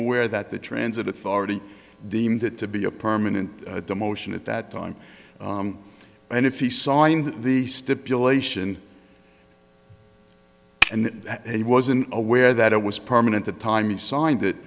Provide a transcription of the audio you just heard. aware that the transit authority deemed it to be a permanent demotion at that time and if he signed the stipulation and that he wasn't aware that it was permanent the time he signed it that